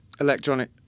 electronic